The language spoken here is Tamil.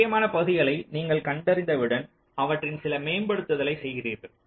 முக்கியமான பகுதிகளை நீங்கள் கண்டறிந்தவுடன் அவற்றில் சில மேம்படுத்துதலை செய்கிறீர்கள்